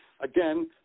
again